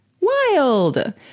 Wild